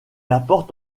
apporte